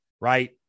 right